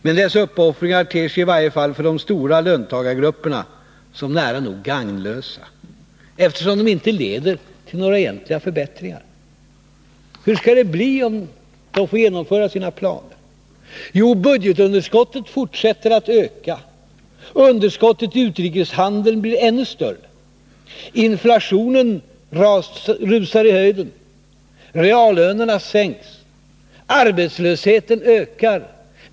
Men dessa uppoffringar ter sig i varje fall för de stora löntagargrupperna som nära nog gagnlösa, eftersom de inte leder till några egentliga förbättringar. Hur skall det bli om de får genomföra sina planer? Jo, budgetunderskottet fortsätter att öka. Underskottet i utrikeshandeln blir ännu större. Inflationen rusar i höjden. Reallönerna sänks. Arbetslösheten ökar.